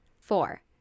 Four